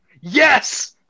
Yes